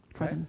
Right